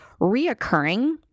reoccurring